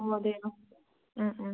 ഓ അതെയോ